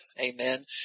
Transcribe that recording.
Amen